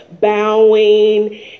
bowing